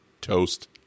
Toast